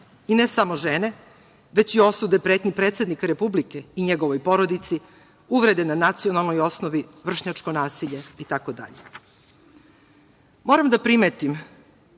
i ne samo žene, već i osude i pretnje predsednika Republike i njegovoj porodici, uvrede na nacionalnoj osnovi, vršnjačko nasilje itd. Moram da primetim